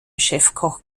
chefkoch